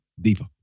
deeper